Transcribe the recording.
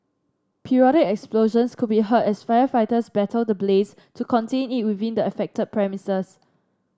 periodic explosions could be heard as firefighters battle the blaze to contain it within the affected premises